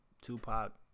Tupac